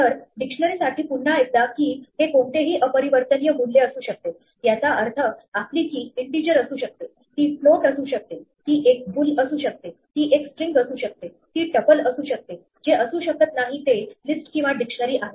तर डिक्शनरी साठी पुन्हा एकदा key हे कोणतेही अपरिवर्तनीय मूल्य असू शकते याचा अर्थ आपली key इन्टिजर असू शकते ती फ्लोट असू शकते ती एक बूल असू शकते ती एक स्ट्रिंग असू शकते ती टपल असू शकते जे असू शकत नाही ते लिस्ट किंवा डिक्शनरी आहे